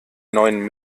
neuen